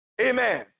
Amen